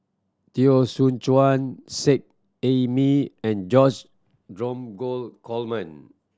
Teo Soon Chuan Seet Ai Mee and George Dromgold Coleman